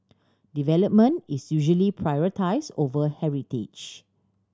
development is usually prioritise over heritage